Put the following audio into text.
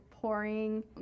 pouring